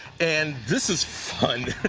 and this is fun. ah,